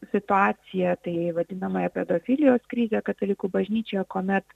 situaciją tai vadinamąją pedofilijos krizę katalikų bažnyčioje kuomet